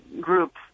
group